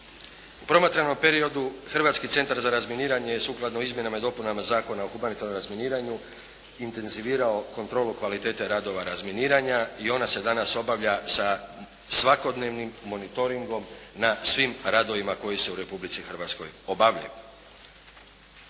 Promatrano u periodu Hrvatski centar za razminiranje je sukladno izmjenama i dopunama Zakona o humanitarnom razminiranju intenzivirao kontrolu kvalitete radova razminiranja i ona se danas obavlja sa svakodnevnim monitoringom na svim radovima koji se u Republici Hrvatskoj obavljaju.